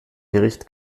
gericht